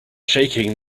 shaking